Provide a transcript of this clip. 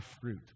fruit